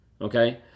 Okay